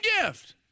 gift